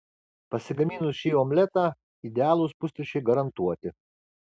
pasigaminus šį omletą idealūs pusryčiai garantuoti